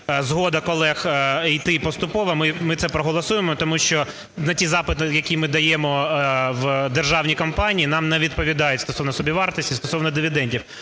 згода колег іти поступово, ми це проголосуємо. Тому що на ті запити, які ми даємо в державні компанії, нам не відповідають стосовно собівартості і стосовно дивідендів.